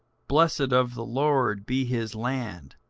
blessed of the lord be his land,